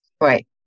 Right